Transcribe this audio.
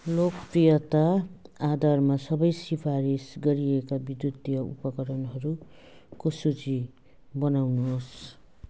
लोकप्रियता आधारमा सबै सिफारिस गरिएका विद्युतीय उपकरणहरूको सूची बनाउनुहोस्